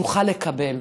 תוכל לקבל.